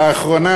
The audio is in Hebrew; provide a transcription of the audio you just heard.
לאחרונה,